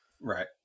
Right